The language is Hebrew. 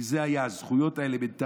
כי אלה היו הזכויות האלמנטריות.